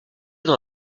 dans